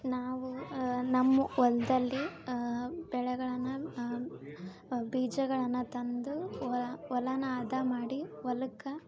ನಾವು ನಮ್ಮ ಹೊಲದಲ್ಲಿ ಬೆಳೆಗಳನ್ನ ಬೀಜಗಳನ್ನ ತಂದು ಹೊಲ ಹೊಲನ ಹದ ಮಾಡಿ ಹೊಲಕ್ಕೆ